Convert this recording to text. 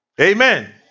Amen